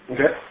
Okay